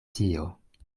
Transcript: tio